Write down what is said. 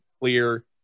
clear